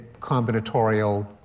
combinatorial